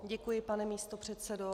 Děkuji, pane místopředsedo.